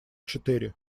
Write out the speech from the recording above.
четыре